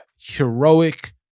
heroic